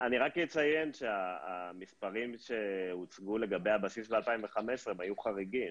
אני רק אציין שהמספרים שהוצגו לגבי הבסיס ב-2015 היו חריגים,